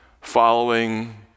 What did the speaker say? following